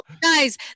guys